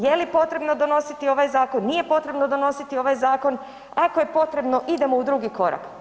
Je li potrebno donositi ovaj zakon, nije potrebno donositi ovaj zakon, ako je potrebno idemo u drugi korak.